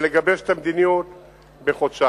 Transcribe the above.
אבל לגבש את המדיניות בחודשיים.